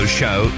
show